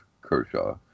kershaw